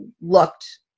looked